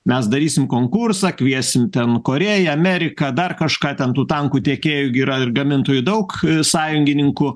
mes darysime konkursą kviesim ten korėją ameriką dar kažką ten tų tankų tiekėjų juk yra ir gamintojų daug sąjungininkų